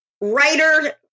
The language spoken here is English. writer